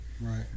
right